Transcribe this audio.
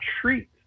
treat